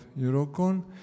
eurocon